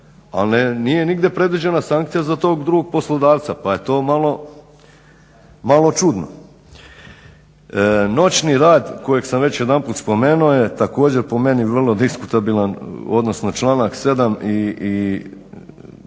ali nije nigdje predviđena sankcija za tog drugog poslodavca pa je to malo čudno. Noćni rad kojeg sam već jedanput spomenuo je također po meni vrlo diskutabilan odnosno članak 7.